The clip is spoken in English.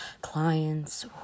clients